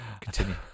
continue